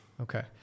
Okay